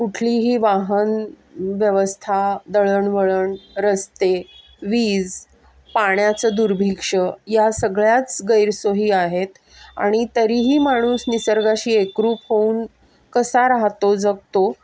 कुठलीही वाहन व्यवस्था दळणवळण रस्ते वीज पाण्याचं दुर्भिक्ष्य या सगळ्याच गैरसोयी आहेत आणि तरीही माणूस निसर्गाशी एकरूप होऊन कसा राहतो जगतो